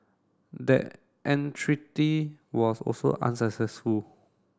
that entreaty was also unsuccessful